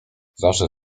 zawsze